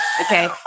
Okay